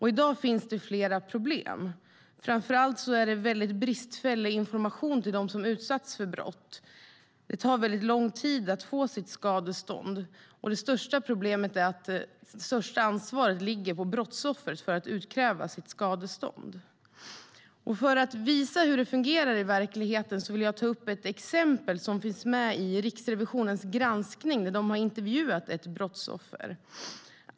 I dag finns det flera problem. Framför allt är informationen till dem som har utsatts för brott bristfällig. Det tar lång tid att få sitt skadestånd. Huvudproblemet är att det största ansvaret ligger på brottsoffret när det gäller att utkräva skadeståndet. För att visa hur det fungerar i verkligheten vill jag ta upp ett exempel som finns med i Riksrevisionens granskning när de har intervjuat ett brottsoffer.